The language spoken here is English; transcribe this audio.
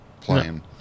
playing